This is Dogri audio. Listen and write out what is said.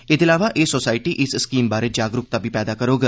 एहदे अलावा एह सोसायटी इस स्कीम बारै जागरूकता बी पैदा करोग